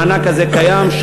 המענק הזה קיים,